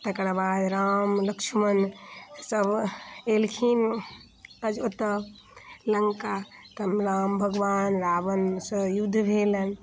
तकरा बाद राम लक्ष्मण सभ एलखिन अजो ओतऽ लङ्का तब राम भगवान रावणसँ युद्ध भेलनि